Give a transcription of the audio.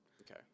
okay